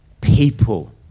People